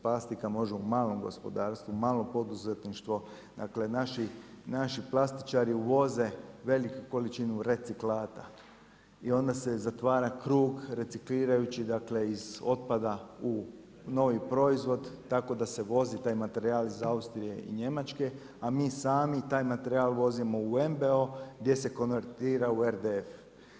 Plastika može u malom gospodarstvu, u malom poduzetništvo, dakle, naši plastičari uvoze veliku količinu reciklata i onda se zatvara krug reciklirajući dakle, iz otpada u novi proizvod tako da se vozi taj materijal iz Austrije i Njemačke, a mi sami taj materijal vozimo u MBO gdje se konventira u RDF.